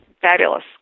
fabulous